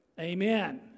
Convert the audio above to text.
Amen